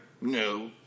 No